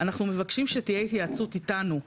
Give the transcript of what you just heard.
אנחנו מבקשים שתהיה התייעצות איתנו,